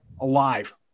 Alive